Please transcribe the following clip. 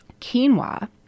quinoa